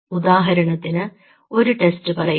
ഉദാഹരണത്തിന് ഒരു ടെസ്റ്റ് പറയാം